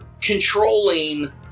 controlling